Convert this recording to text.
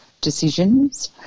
decisions